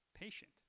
patient